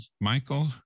Michael